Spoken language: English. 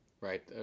right